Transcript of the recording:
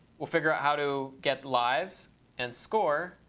we'll figure out how to get lives and score,